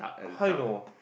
how you know